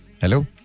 Hello